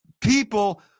people